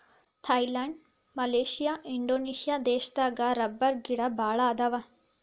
Thailand Malaysia Indonesia ದೇಶದಾಗ ರಬ್ಬರಗಿಡಾ ಬಾಳ ಅದಾವ